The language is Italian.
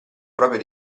proprio